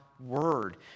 word